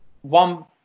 one